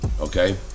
okay